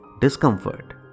discomfort